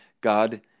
God